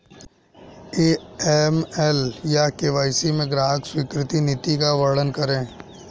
AML या KYC में ग्राहक स्वीकृति नीति का वर्णन करें?